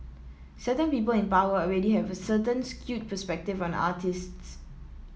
certain people in power already have a certain skewed perspective on artists